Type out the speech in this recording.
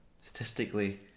statistically